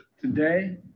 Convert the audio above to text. Today